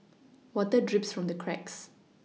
water drips from the cracks